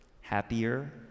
happier